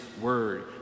word